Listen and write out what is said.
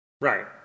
Right